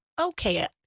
Okay